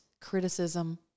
criticism